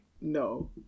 No